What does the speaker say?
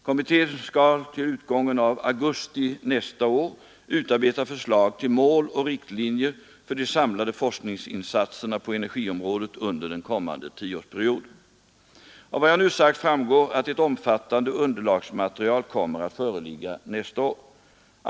Kommittén skall till utgången av augusti nästa år utarbeta förslag till mål och riktlinjer för de samlade forskningsinsatserna på energiområdet under den kommande tioårsperioden. Av vad jag nu sagt framgår att ett omfattande underlagsmaterial kommer att föreligga nästa år.